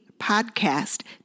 Podcast